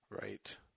right